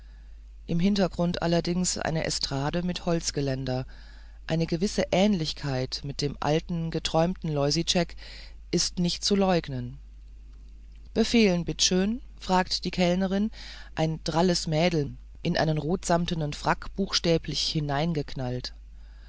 im hintergrund allerdings eine estrade mit holzgeländer eine gewisse ähnlichkeit mit dem alten geträumten loisitschek ist nicht zu leugnen befehlen bitt schön fragt die kellnerin ein dralles mädel in einen rotsamtenen frack buchstäblich